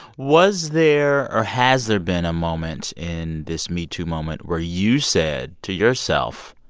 was there or has there been a moment in this metoo moment where you said to yourself,